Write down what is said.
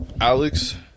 Alex